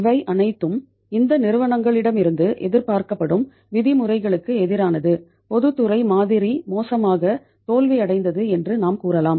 இவை அனைத்தும் இந்த நிறுவனங்களிடமிருந்து எதிர்பார்க்கப்படும் விதிமுறைகளுக்கு எதிரானது பொதுத்துறை மாதிரி மோசமாக தோல்வியடைந்தது என்று நாம் கூறலாம்